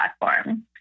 platform